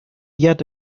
yet